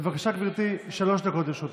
בבקשה, גברתי, שלוש דקות לרשותך.